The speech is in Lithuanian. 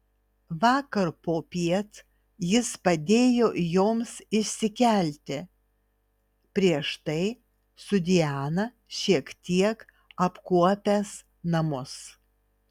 vakar popiet jis padėjo joms įsikelti prieš tai su diana šiek tiek apkuopęs namus